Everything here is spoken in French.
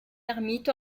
ermite